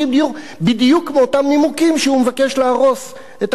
בדיוק מאותם נימוקים שהוא מבקש להרוס את חמשת הבתים.